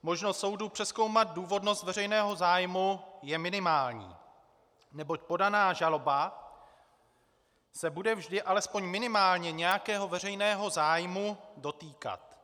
Možnost soudu přezkoumat důvodnost veřejného zájmu je minimální, neboť podaná žaloba se bude vždy alespoň minimálně nějakého veřejného zájmu dotýkat.